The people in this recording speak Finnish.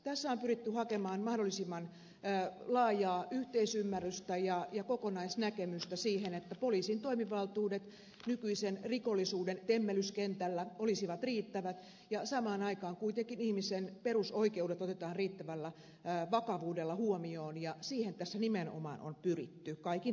tässä on pyritty hakemaan mahdollisimman laajaa yhteisymmärrystä ja kokonaisnäkemystä siihen että poliisin toimivaltuudet nykyisen rikollisuuden temmellyskentällä olisivat riittävät ja samaan aikaan kuitenkin ihmisen perusoikeudet otetaan riittävällä vakavuudella huomioon ja siihen tässä nimenomaan on pyritty kaikin tavoin